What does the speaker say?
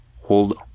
hold